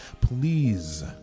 please